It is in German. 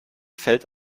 fällt